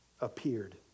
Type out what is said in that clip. appeared